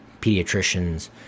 pediatricians